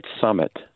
Summit